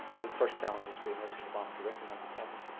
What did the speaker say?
the first challenge is for the emergency department to recognise the problem.